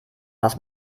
was